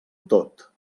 tot